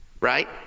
right